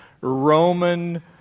Roman